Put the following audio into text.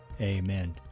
amen